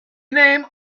name